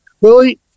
Willie